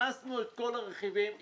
הכנסנו את כל הרכיבים והצבענו.